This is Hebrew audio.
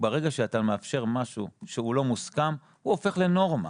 ברגע שאתה מאפשר משהו שהוא לא מוסכם הוא הופך לנורמה.